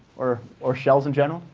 or or shells in general?